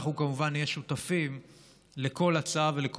אנחנו כמובן נהיה שותפים לכל הצעה ולכל